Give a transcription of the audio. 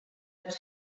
hebt